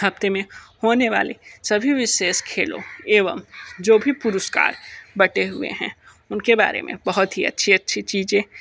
हफ़्ते में होने वाले सभी विशेष खेलों एवं जो भी पुरस्कार बँटे हुएँ हैं उनके बारे में बहुत ही अच्छी अच्छी चीज़ें